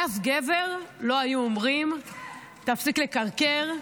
לאף גבר לא היו אומרים "תפסיק לקרקר",